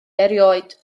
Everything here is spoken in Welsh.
erioed